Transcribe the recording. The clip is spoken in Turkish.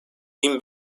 bin